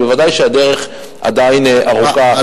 אבל ודאי שהדרך עדיין ארוכה.